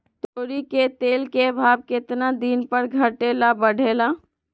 तोरी के तेल के भाव केतना दिन पर घटे ला बढ़े ला?